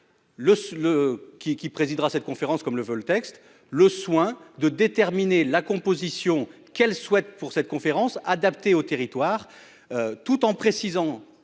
qui présidera cette conférence comme le vol texte le soin de déterminer la composition qu'elle souhaite pour cette conférence adapté au territoire. Tout en précisant